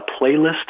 playlist